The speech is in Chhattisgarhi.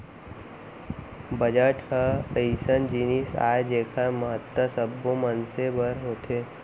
बजट ह अइसन जिनिस आय जेखर महत्ता सब्बो मनसे बर होथे